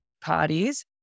parties